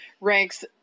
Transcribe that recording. ranks